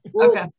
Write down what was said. Okay